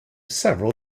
several